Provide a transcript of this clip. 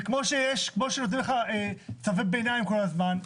זה כמו שנותנים לך צווי ביניים כל הזמן.